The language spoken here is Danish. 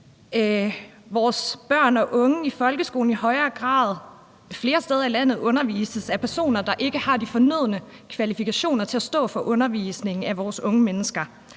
vores børn og unge i folkeskolen i højere grad flere steder i landet undervises af personer, der ikke har de fornødne kvalifikationer til at stå for undervisningen af vores unge mennesker.